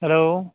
hello